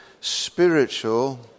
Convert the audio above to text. spiritual